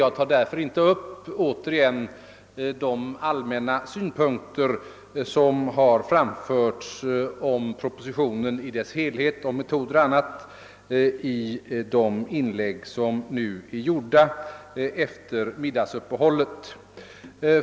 Jag tar därför inte återigen upp de allmänna synpunkter som har framförts om propositionen i dess helhet, om metoder och annat, i de inlägg som har gjorts efter middagsuppehållet.